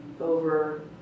over